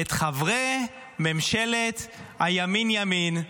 את חברי ממשלת הימין-ימין.